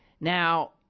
Now